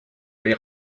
les